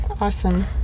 Awesome